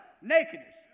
nakedness